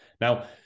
Now